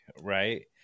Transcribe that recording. right